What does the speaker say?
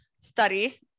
study